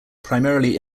primarily